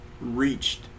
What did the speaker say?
reached